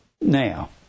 Now